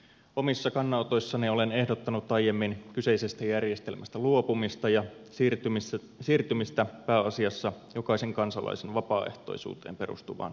omissa kannanotoissani olen ehdottanut aiemmin kyseisestä järjestelmästä luopumista ja siirtymistä pääasiassa jokaisen kansalaisen vapaaehtoisuuteen perustuvaan kehitysapumaksuun